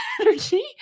energy